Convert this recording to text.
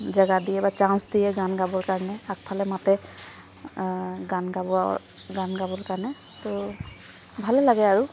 জেগা দিয়ে বা চাঞ্চ দিয়ে গান গাবৰ কাৰণে আগফালে মাতে গান গাব গান গাবলৈ কাৰণে ত' ভালে লাগে আৰু